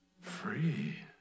Free